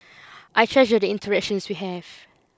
I treasure the interactions we have